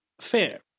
fair